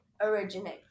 originate